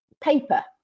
paper